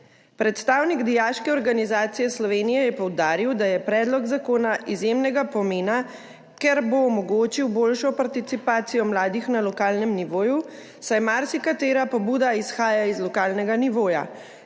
Predstavnik Dijaške organizacije Slovenije je poudaril, da je predlog zakona izjemnega pomena, ker bo omogočil boljšo participacijo mladih na lokalnem nivoju, saj marsikatera pobuda izhaja iz lokalnega nivoja.